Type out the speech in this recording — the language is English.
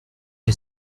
you